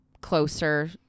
closer